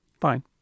fine